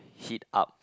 heat up